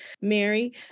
Mary